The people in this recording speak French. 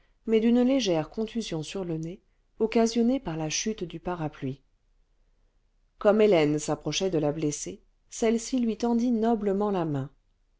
mais d'une légère contusion contusion le nez occasionnée par la chute du parapluie comme hélène s'approchait de la blessée celle-ci lui tendit noblement la main